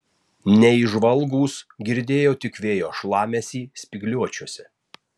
neįžvalgūs girdėjo tik vėjo šlamesį spygliuočiuose